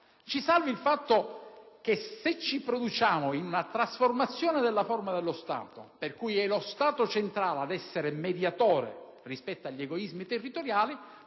Ci salva il fatto che, se ci cimentiamo in una trasformazione della forma di Stato, per cui è lo Stato centrale a mediare rispetto agli egoismi territoriali,